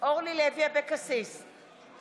תספרי לנו לאן הכסף הולך.